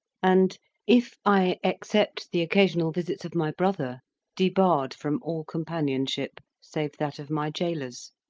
and if i except the occasional visits of my brother debarred from all companionship save that of my jailers.